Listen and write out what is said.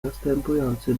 następujący